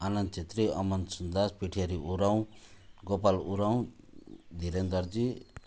Anand Chhetri Aman Sundas Pithyari Oraon Gopal Oraon Dhiren Darji